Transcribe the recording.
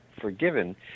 forgiven